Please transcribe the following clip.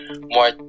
more